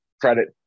credit